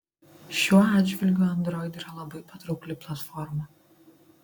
šiuo atžvilgiu android yra labai patraukli platforma